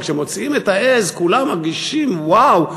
וכשמוציאים את העז כולם מרגישים וואו,